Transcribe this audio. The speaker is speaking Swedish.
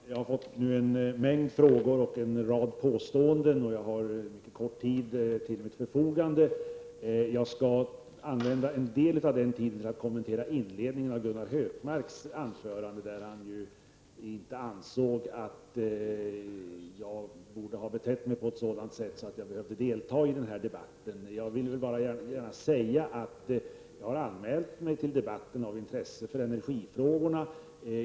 Fru talman! Jag har fått en mängd frågor och hört en rad påståenden men har kort tid till mitt förfogande. Jag skall använda en del av den tiden till att kommentera inledningen av Gunnar Hökmarks anförande. Han ansåg att jag nog betett mig på ett sådant sätt att jag behövde delta i den här debatten. Jag vill gärna säga att jag anmält mig till debatten av intresse för energifrågorna.